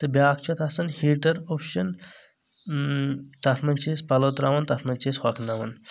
تہٕ بیٛاکھ چھُ اَتھ آسان ہیٹر آپشن تَتھ منٛز چھ أسۍ پَلو ترٛاوان تَتھ منٛز چھ أسۍ ہۄکھناوان